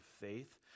faith